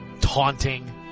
Taunting